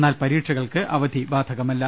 എന്നാൽ പരീക്ഷകൾക്ക് അവധി ബാധകമല്ല